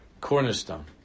cornerstone